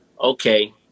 okay